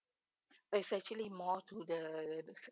it's actually more to the